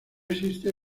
existe